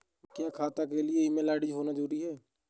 क्या खाता के लिए ईमेल आई.डी होना जरूरी है?